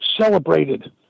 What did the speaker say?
celebrated